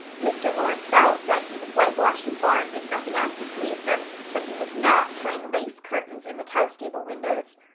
mr. lawrence bell said he would whitewash his barns if nothing else would please them but he would not hang lace curtains in the cowstable windows.